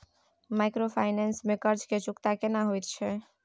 Microfinance में कर्ज के चुकता केना होयत छै?